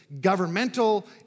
governmental